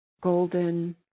golden